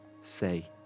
Say